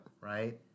Right